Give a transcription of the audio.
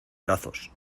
brazos